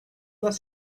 does